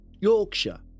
Yorkshire